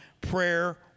prayer